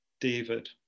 David